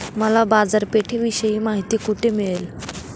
मला बाजारपेठेविषयी माहिती कोठे मिळेल?